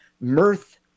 mirth